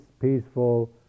peaceful